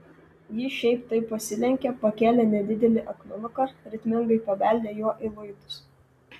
ji šiaip taip pasilenkė pakėlė nedidelį akmenuką ritmingai pabeldė juo į luitus